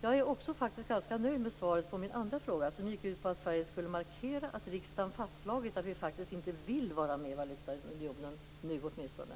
Jag är faktiskt också ganska nöjd med svaret på min andra fråga, som gick ut på att Sverige skulle markera att riksdagen fastslagit att vi faktiskt inte vill vara med i valutaunionen - åtminstone inte nu.